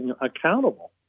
accountable